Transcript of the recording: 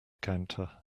counter